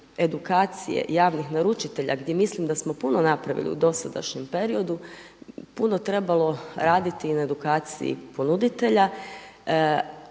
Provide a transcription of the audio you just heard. edukacije javnih naručitelja gdje mislim da smo puno napravili u dosadašnjem periodu, puno trebalo raditi i na edukaciji ponuditelja.